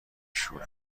شور